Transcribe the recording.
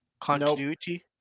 continuity